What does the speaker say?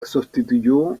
sustituyó